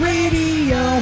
Radio